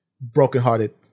brokenhearted